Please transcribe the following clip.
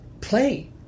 play